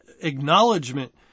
acknowledgement